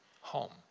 home